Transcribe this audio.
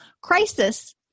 Crisis